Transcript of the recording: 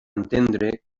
entendre